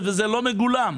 וזה לא מגולם.